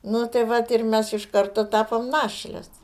nu tai va ir mes iš karto tapome našlės